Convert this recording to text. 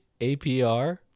apr